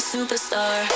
Superstar